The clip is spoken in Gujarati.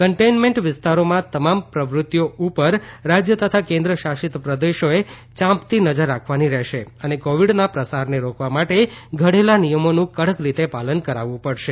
કન્ટેઇનમેન્ટ વિસ્તારોમાં તમામ પ્રવૃત્તિઓ ઉપર રાજ્ય તથા કેન્દ્ર શાસિત પ્રદેશોએ ચાંપતી નજર રાખવાની રહેશે અને કોવિડના પ્રસારને રોકવા માટે ઘડેલા નિયમોનું કડક રીતે પાલન કરાવવું પડશે